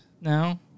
now